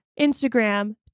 Instagram